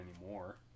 anymore